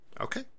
Okay